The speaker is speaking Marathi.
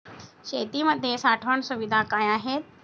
शेतीमध्ये साठवण सुविधा काय आहेत?